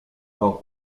par